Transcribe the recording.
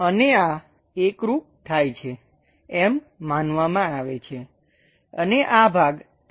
અને આ એકરુપ થાય છે એમ માનવામાં આવે છે અને આ ભાગ ત્યાં એકરુપ છે